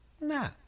Nah